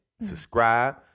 subscribe